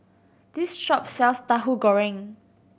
this shop sells Tahu Goreng